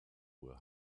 were